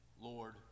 Lord